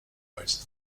als